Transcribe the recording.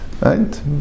Right